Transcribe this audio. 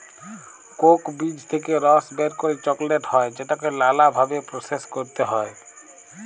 Coke বীজ থেক্যে রস বের করে চকলেট হ্যয় যেটাকে লালা ভাবে প্রসেস ক্যরতে হ্য়য়